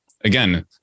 again